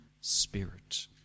Spirit